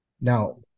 Now